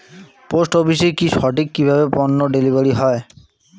Post অফিসে কি সঠিক কিভাবে পন্য ডেলিভারি হয়?